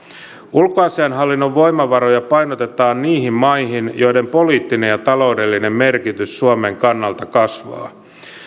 ulkoasiainhallinnon voimavaroja painotetaan niihin maihin joiden poliittinen ja taloudellinen merkitys suomen kannalta kasvaa